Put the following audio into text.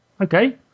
Okay